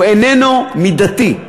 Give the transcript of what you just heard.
הוא איננו מידתי.